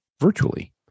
virtually